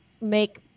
make